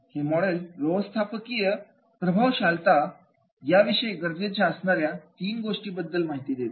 हे मॉडेल व्यवस्थापकीय प्रभावशीलता याविषयी गरजेच्या असणाऱ्या तीन गोष्टींबद्दल माहिती देते